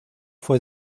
fue